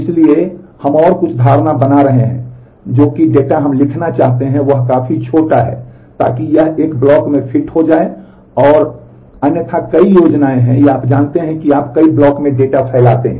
इसलिए और हम कुछ धारणा बना रहे हैं कि जो डेटा हम लिखना चाहते हैं वह काफी छोटा है ताकि यह एक ब्लॉक में फिट हो जाए अन्यथा कई योजनाएं हैं या आप जानते हैं कि आप कई ब्लॉक में डेटा फैलाते हैं